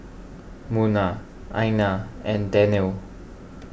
Munah Aina and Daniel